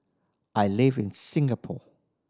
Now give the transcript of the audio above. I live in Singapore